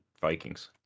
vikings